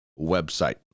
website